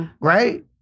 Right